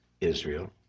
Israel